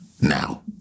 now